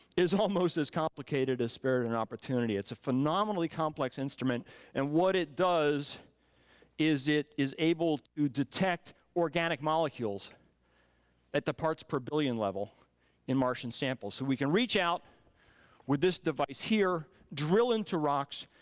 is almost as complicated as spirit and opportunity. it's a phenomenally complex instrument and what it does is it is able to detect organic molecules at the parts per billion levels in martian samples. so we can reach out with this device here. drill into rocks,